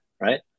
right